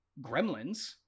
Gremlins